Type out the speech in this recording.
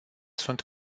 sunt